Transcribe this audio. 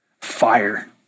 Fire